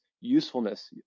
usefulness